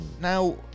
Now